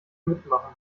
mitmachen